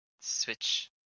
switch